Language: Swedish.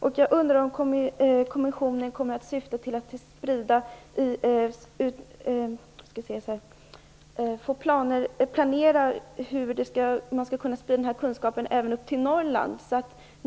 Planerar kommissionen att sprida kunskapen även upp till Norrland?